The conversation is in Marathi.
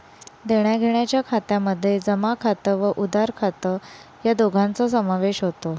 देण्याघेण्याच्या खात्यामध्ये जमा खात व उधार खात या दोघांचा समावेश होतो